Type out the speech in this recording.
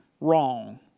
wrong